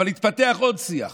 אבל התפתח עוד שיח